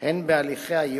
הן בהליכי הייעוץ,